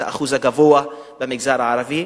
האחוז הגבוה במגזר הערבי,